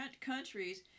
countries